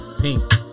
pink